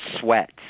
sweat